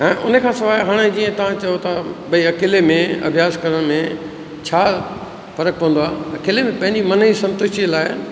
ऐं उन खां सवाइ हाणे जीअं तव्हां चओ था भई अकेले में अभ्यास करण में छा फ़र्क़ु पवंदो आहे अकेले में पंहिंजे मन जी संतुष्टिअ लाइ